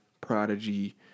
Prodigy